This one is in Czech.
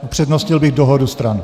Upřednostnil bych dohodu stran.